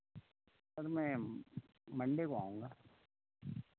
sir मैं Monday को आऊँगा